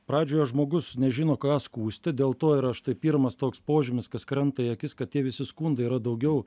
pradžioje žmogus nežino ką skųsti dėl to yra štai pirmas toks požymis kas krenta į akis kad tie visi skundai yra daugiau